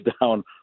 down